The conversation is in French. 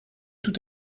tout